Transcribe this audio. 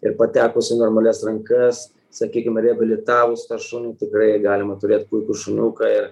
ir patekus į normalias rankas sakykim reabilitavus tą šunį tikrai galima turėt puikų šuniuką ir